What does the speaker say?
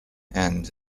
and